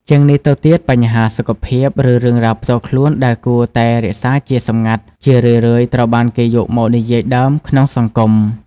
ជាងនេះទៅទៀតបញ្ហាសុខភាព ឬរឿងរ៉ាវផ្ទាល់ខ្លួនដែលគួរតែរក្សាជាសម្ងាត់ ជារឿយៗត្រូវបានគេយកមកនិយាយដើមក្នុងសង្គម។